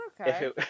okay